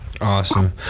Awesome